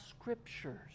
scriptures